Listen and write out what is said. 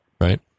right